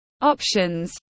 options